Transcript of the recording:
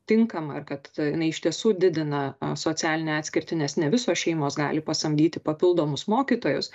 tinkama ar kad jinai iš tiesų didina socialinę atskirtį nes ne visos šeimos gali pasamdyti papildomus mokytojus